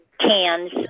cans